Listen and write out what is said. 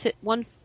one